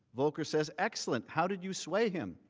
volker says excellent, how did you sway him?